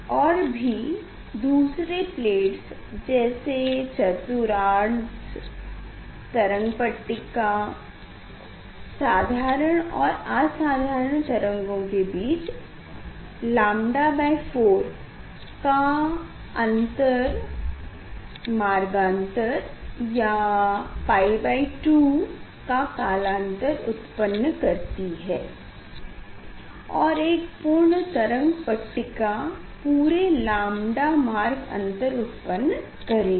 और भी दूसरे प्लेट्स जैसे चतुर्थांश तरंग पट्टिका साधारण और असाधारण तरंगों के बीच ƛ 4 का मार्ग अंतर या 𝞹2 कलान्तर उत्पन्न करती है और एक पूर्ण तरंग पट्टिका पूरे ƛ मार्ग अंतर उत्पन्न करेगी